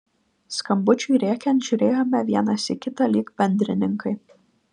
skambučiui rėkiant žiūrėjome vienas į kitą lyg bendrininkai